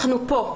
אנחנו כאן,